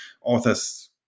Authors